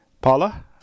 Paula